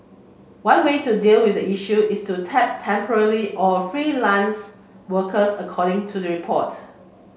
one way to deal with the issue is to tap temporary or freelance workers according to the report